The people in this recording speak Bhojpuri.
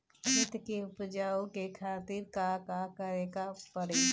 खेत के उपजाऊ के खातीर का का करेके परी?